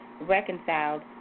reconciled